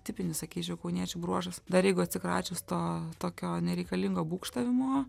tipinis sakyčiau kauniečių bruožas dar jeigu atsikračius to tokio nereikalingo būgštavimo